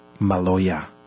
Maloya